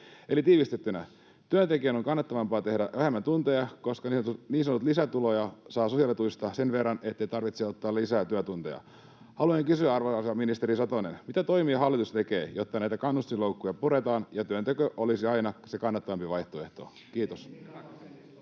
Eli tiivistettynä: työntekijän on kannattavampaa tehdä vähemmän tunteja, koska niin sanottuja lisätuloja saa sosiaalituista sen verran, ettei tarvitse ottaa lisää työtunteja. Haluankin kysyä, arvoisa ministeri Satonen: mitä toimia hallitus tekee, jotta näitä kannustinloukkuja puretaan ja työnteko olisi aina se kannattavampi vaihtoehto? — Kiitos.